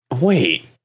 Wait